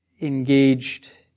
engaged